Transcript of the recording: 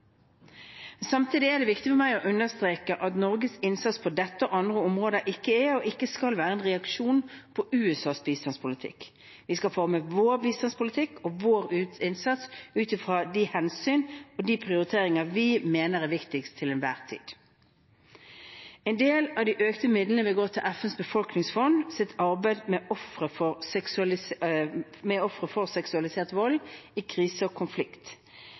Samtidig er det viktig for meg å understreke at Norges innsats på dette og andre områder ikke er og skal ikke være en reaksjon på USAs bistandspolitikk. Vi skal forme vår bistandspolitikk og vår innsats ut fra de hensyn og prioriteringer vi mener er viktigst til enhver tid. En del av de økte midlene vil gå til FNs befolkningsfonds arbeid med ofre for seksualisert vold i krise og konflikt